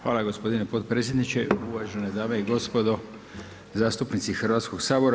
Hvala gospodine potpredsjedniče, uvažene dame i gospodo zastupnici Hrvatskog sabora.